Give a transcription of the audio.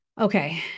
Okay